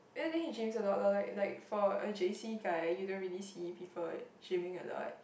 ya then he gyms a lot lor like like for a J_C guy you don't really see people gymming a lot